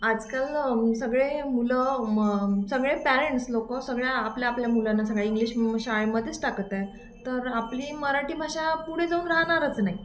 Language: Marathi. आजकाल सगळे मुलं म सगळे पॅरेंट्स लोक सगळ्या आपल्या आपल्या मुलांना सगळ्या इंग्लिश शाळेमध्येच टाकत आहे तर आपली मराठी भाषा पुढे जाऊन राहणारच नाही